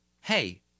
hey